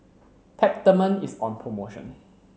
Peptamen is on promotion